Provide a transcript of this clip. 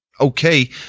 okay